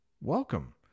welcome